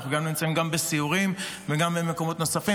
אנחנו נמצאים גם בסיורים וגם במקומות נוספים,